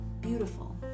beautiful